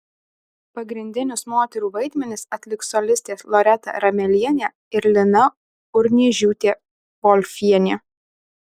pagrindinius moterų vaidmenis atliks solistės loreta ramelienė ir lina urniežiūtė volfienė